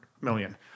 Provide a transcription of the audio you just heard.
million